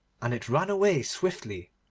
and it ran away swiftly.